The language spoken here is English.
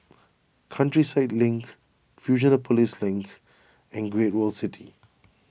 Countryside Link Fusionopolis Link and Great World City